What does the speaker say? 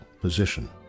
position